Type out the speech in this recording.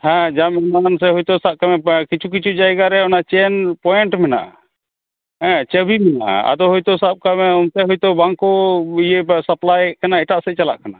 ᱦᱮᱸ ᱡᱚᱝ ᱮᱢᱟᱱᱮᱱ ᱥᱮ ᱦᱳᱭᱛᱚ ᱥᱟᱵ ᱠᱟᱜ ᱢᱮ ᱵᱟ ᱠᱤᱪᱷᱩ ᱠᱤᱪᱷᱩ ᱡᱟᱭᱜᱟ ᱨᱮ ᱚᱱᱟ ᱪᱮᱱ ᱯᱚᱭᱮᱱᱴ ᱢᱮᱱᱟᱜᱼᱟ ᱦᱮᱸ ᱪᱟᱹᱵᱤ ᱢᱮᱱᱟᱜᱼᱟ ᱟᱫᱚ ᱦᱳᱭᱛᱚ ᱥᱟᱵᱽᱠᱟᱜ ᱢᱮ ᱚᱱᱠᱟ ᱦᱳᱭ ᱛᱚ ᱵᱟᱝᱠᱚ ᱤᱭᱟᱹ ᱥᱟᱯᱞᱟᱭᱮᱫ ᱠᱟᱱᱟ ᱮᱴᱟᱜ ᱥᱮᱫ ᱪᱟᱞᱟᱜ ᱠᱟᱱᱟ